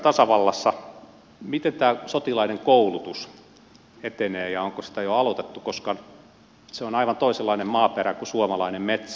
miten tämä sotilaiden koulutus etenee ja onko sitä jo aloitettu koska se on aivan toisenlainen maaperä kuin suomalainen metsä